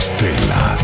Stella